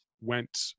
went